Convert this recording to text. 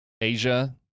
Asia